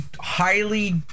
highly